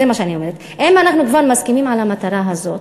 אם אנחנו כבר מסכימים על המטרה הזו,